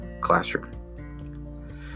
Classroom